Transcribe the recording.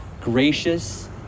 gracious